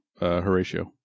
Horatio